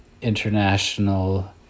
international